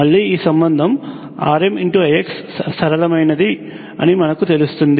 మళ్ళీ ఈ సంబంధం RmIx అది సరళమైనది అని మనకు తెలుస్తుంది